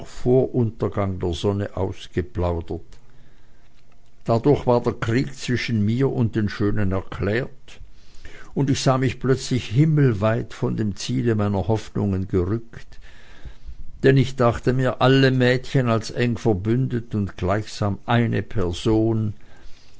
untergang der sonne ausgeplaudert dadurch war der krieg zwischen mir und den schönen erklärt und ich sah mich plötzlich himmelweit von dem ziele meiner hoffnungen gerückt denn ich dachte mir alle mädchen als eng verbündet und gleichsam eine person